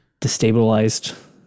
destabilized